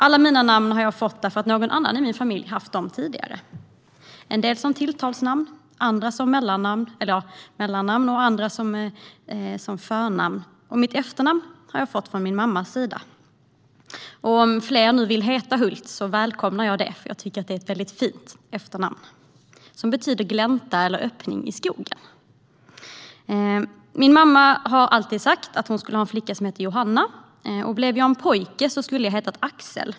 Alla namnen har jag fått därför att någon annan i min familj har haft dem tidigare, en del som tilltalsnamn eller mellannamn och andra som förnamn. Mitt efternamn har jag fått från min mammas sida. Om fler nu vill heta Hult välkomnar jag det, för jag tycker att det är ett väldigt fint efternamn. Det betyder "glänta" eller "öppning i skogen". Min mamma har alltid sagt att hon skulle ha en flicka vid namn Johanna, och hade jag blivit en pojke skulle jag ha hetat Axel.